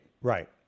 Right